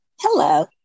Hello